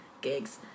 gigs